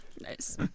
Nice